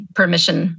permission